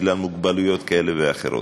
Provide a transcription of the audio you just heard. בגלל מוגבלויות כאלה ואחרות.